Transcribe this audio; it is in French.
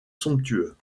somptueux